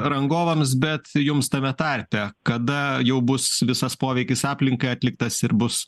rangovams bet jums tame tarpe kada jau bus visas poveikis aplinkai atliktas ir bus